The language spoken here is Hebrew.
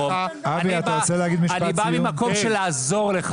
--- בגלל זה צריך להמשיך ולא להתעכב.